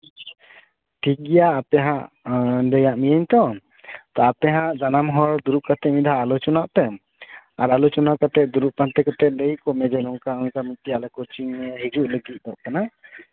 ᱴᱷᱤᱠᱜᱮᱭᱟ ᱟᱯᱮ ᱦᱟᱸᱜ ᱞᱟᱹᱭᱟᱜ ᱢᱤᱭᱟᱹᱧ ᱛᱚ ᱟᱯᱮ ᱦᱟᱸᱜ ᱥᱟᱱᱟᱢ ᱦᱚᱲ ᱫᱩᱲᱩᱵ ᱠᱟᱛᱮ ᱥᱟᱱᱟᱢ ᱦᱚᱲ ᱢᱤᱫ ᱫᱷᱟᱣ ᱟᱞᱳᱪᱚᱱᱟᱜ ᱯᱮ ᱟᱨ ᱟᱞᱳᱪᱚᱱᱟ ᱠᱟᱛᱮ ᱫᱩᱲᱩᱵ ᱯᱟᱱᱛᱮ ᱠᱟᱛᱮ ᱞᱟᱹᱭᱟᱠᱚ ᱢᱮ ᱡᱮ ᱱᱚᱝᱠᱟ ᱚᱝᱠᱟ ᱢᱤᱫᱴᱤᱡ ᱟᱞᱮ ᱠᱳᱪᱤᱝᱮ ᱦᱤᱡᱩᱜ ᱞᱟᱹᱜᱤᱫᱚᱜ ᱠᱟᱱᱟᱭ